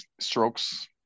strokes